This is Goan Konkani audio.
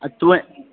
आ तुंवें